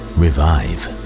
revive